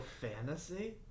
fantasy